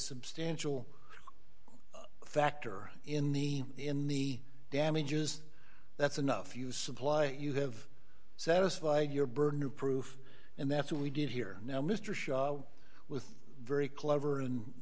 substantial factor in the in the damages that's enough you supply you have satisfied your burden of proof and that's what we did here now mr shaw with very clever and